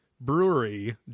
brewery